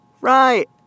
Right